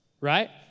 Right